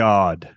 God